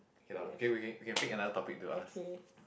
okay lah okay we can we can pick another topic to ask